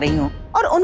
ah you are